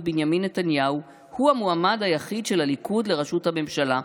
בנימין נתניהו הוא המועמד היחיד של הליכוד לראשות הממשלה,